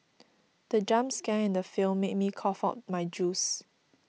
the jump scare in the film made me cough out my juice